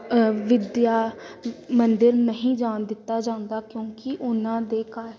ਵਿੱਦਿਆ ਮੰਦਰ ਨਹੀਂ ਜਾਣ ਦਿੱਤਾ ਜਾਂਦਾ ਕਿਉਂਕਿ ਉਹਨਾਂ ਦੇ ਘਰ